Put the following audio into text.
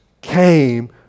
came